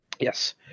Yes